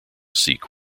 seek